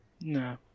No